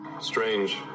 Strange